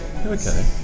Okay